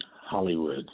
Hollywood